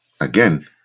again